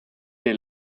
dei